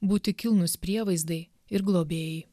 būti kilnūs prievaizdai ir globėjai